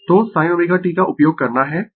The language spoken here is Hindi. तो sin ω t का उपयोग करना है